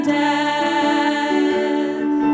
death